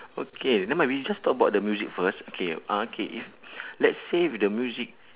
okay nevermind we just talk about the music first okay uh okay if let's say with the music